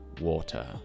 water